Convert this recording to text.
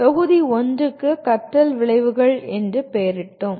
தொகுதி 1 க்கு "கற்றல் விளைவுகள்" என்று பெயரிட்டோம்